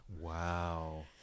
Wow